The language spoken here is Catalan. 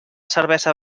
cervesa